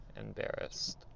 embarrassed